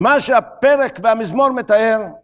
מה שהפרק והמזמור מתאר